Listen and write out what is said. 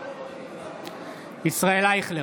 ישראל אייכלר,